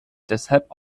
deshalb